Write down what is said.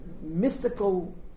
mystical